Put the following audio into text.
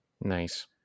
nice